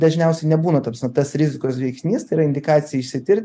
dažniausia nebūna ta prasme tas rizikos veiksnys tai yra indikacija išsitirti